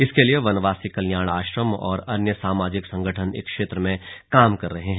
इसके लिए वनवासी कल्याण आश्रम और अन्य सामाजिक संगठन इस क्षेत्र में काम कर रहे हैं